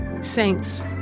Saints